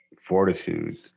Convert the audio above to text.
fortitude